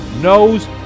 knows